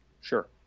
Sure